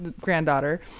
granddaughter